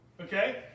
Okay